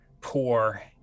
poor